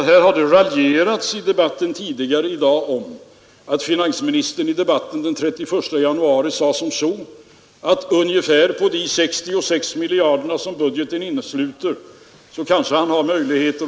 I varje fall herr Dahlén såsom ledamot av fullmäktige i riksbanken vet ju att varje krona i det sammanhanget är detsamma som motsvarande likviditetsökning ute i det svenska ekonomiska livet.